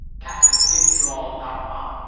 captain kidd drawed that map.